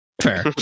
fair